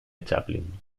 chaplin